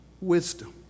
wisdom